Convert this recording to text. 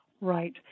Right